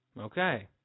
okay